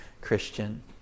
Christian